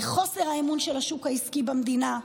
בחוסר האמון של השוק העסקי במדינה,